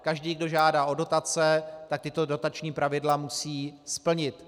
Každý, kdo žádá o dotace, tato dotační pravidla musí splnit.